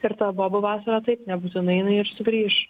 ir ta bobų vasara taip nebūtinai jinai ir sugrįš